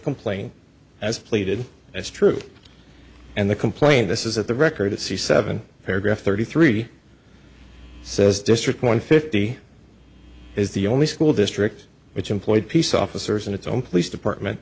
complaint has pleaded it's true and the complaint this is that the record to see seven paragraph thirty three says district one fifty is the only school district which employed peace officers and its own police department